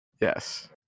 Yes